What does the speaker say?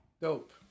Dope